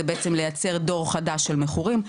זה בעצם לייצר דור חדש של מכורים,